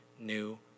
new